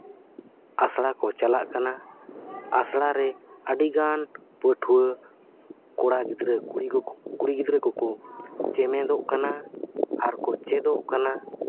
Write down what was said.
ᱟᱥᱲᱟ ᱠᱚ ᱪᱟᱞᱟᱜ ᱠᱟᱱᱟ ᱟᱥᱲᱟ ᱨᱮ ᱟᱹᱰᱤ ᱜᱟᱱ ᱯᱟᱹᱴᱷᱩᱣᱟᱹ ᱠᱚᱲᱟ ᱜᱤᱫᱽᱨᱟᱹ ᱠᱩᱲᱤ ᱜᱤᱫᱽᱨᱟᱹ ᱠᱚᱠᱚ ᱪᱮᱢᱮᱫᱚᱜ ᱠᱟᱱᱟ ᱟᱨ ᱠᱚ ᱪᱮᱫᱚᱜ ᱠᱟᱱᱟ